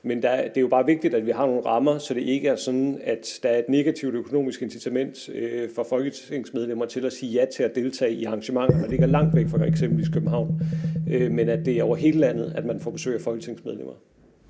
Men det er jo bare vigtigt, at vi har nogle rammer, så det ikke er sådan, at der er et negativt økonomisk incitament for folketingsmedlemmer til at sige ja til at deltage i arrangementer, der ligger langt væk fra eksempelvis København, men at det er over hele landet, at man får besøg af folketingsmedlemmer.